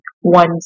one